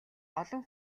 олон